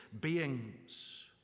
beings